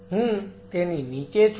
હું તેની નીચે છું